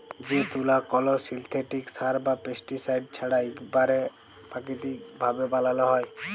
যে তুলা কল সিল্থেটিক সার বা পেস্টিসাইড ছাড়া ইকবারে পাকিতিক ভাবে বালাল হ্যয়